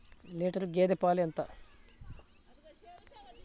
Litre గేదె పాలు ఎంత?